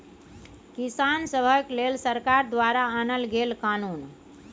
किसान सभक लेल सरकार द्वारा आनल गेल कानुन